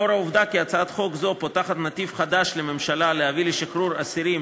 לאור העובדה כי הצעת חוק זו פותחת נתיב חדש לממשלה להביא לשחרור אסירים